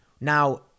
Now